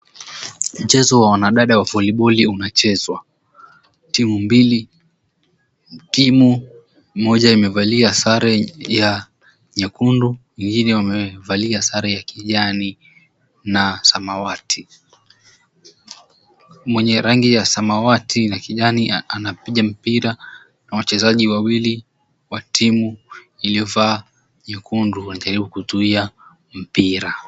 Mchezo wa wanadada wa voliboli unachezwa, timu mbili. Timu moja imevalia sare ya nyekundu ingine wamevalia sare ya kijani na samawati. Mwenye rangi ya samawati na kijani anapiga mpira na wachezaji wawili wa timu iliovaa nyekundu wanajaribu kuzuia mpira.